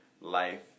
life